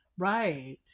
Right